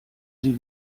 sie